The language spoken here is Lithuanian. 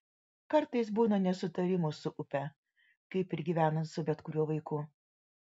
kartais būna nesutarimų su upe kaip ir gyvenant su bet kuriuo vaiku